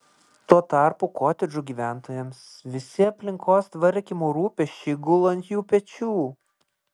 tuo tarpu kotedžų gyventojams visi aplinkos tvarkymo rūpesčiai gula ant jų pačių pečių